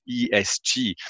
ESG